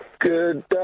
Good